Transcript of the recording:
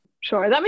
Sure